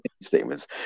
statements